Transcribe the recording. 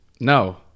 No